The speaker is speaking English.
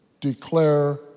declare